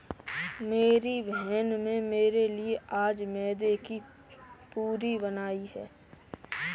मेरी बहन में मेरे लिए आज मैदे की पूरी बनाई है